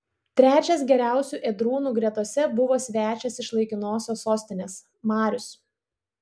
trečias geriausių ėdrūnų gretose buvo svečias iš laikinosios sostinės marius